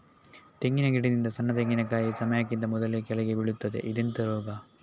ತೆಂಗಿನ ಗಿಡದಿಂದ ಸಣ್ಣ ತೆಂಗಿನಕಾಯಿ ಸಮಯಕ್ಕಿಂತ ಮೊದಲೇ ಕೆಳಗೆ ಬೀಳುತ್ತದೆ ಇದೆಂತ ರೋಗ?